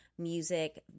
music